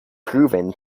proven